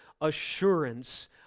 assurance